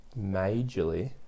majorly